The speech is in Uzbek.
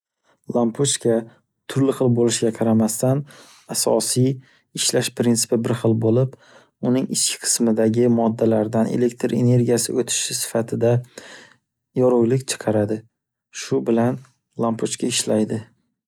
Lampochka turli xil bo’lishiga qaramasadan asosiy ishlash prinspi bir xil bo’lib uning ichki qismidagi moddalardan elektr energiyasi o’tishi sifatida yorug’lik chiqaradi. Shu bilan lampochka ishlaydi.